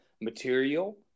material